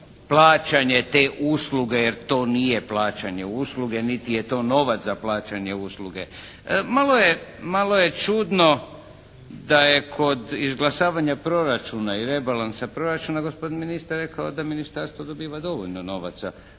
plaćanje te usluge jer to nije plaćanje usluge, niti je to novac za plaćanje usluge. Malo je čudno da je kod izglasavanja proračuna i rebalansa proračuna gospodin ministar rekao da ministarstvo dobiva dovoljno novaca